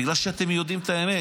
בגלל שאתם יודעים את האמת.